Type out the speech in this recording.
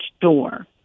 door